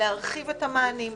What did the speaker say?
להרחיב את המענים,